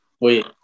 Wait